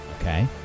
Okay